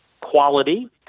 quality